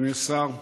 אדוני השר,